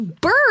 bird